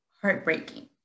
heartbreaking